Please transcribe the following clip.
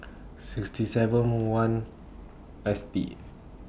sixty seven one S T